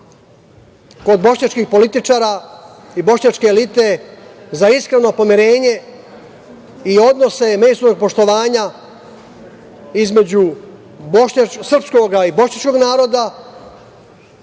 kod bošnjačkih političara i bošnjačke elite za iskreno pomirenje i odnose međusobnog poštovanja između srpskog i bošnjačkog naroda,